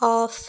of